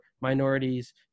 minorities